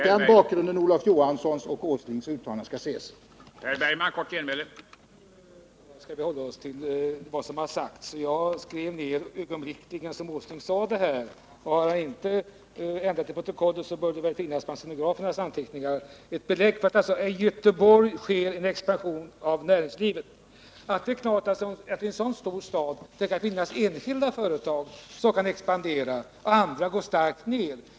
Herr talman! Nu, Rune Torwald, skall vi hålla oss till vad som har sagts. Jag skrev ned detta ögonblickligen när Nils Åsling sade det. Och har han ändrat i protokollet bör det väl finnas bland stenografernas anteckningar ett belägg för att han sade att det i Göteborg sker en expansion i näringslivet. Det är klart att det i en så stor stad kan finnas enskilda företag som kan expandera och andra som går starkt ned.